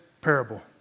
parable